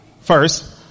First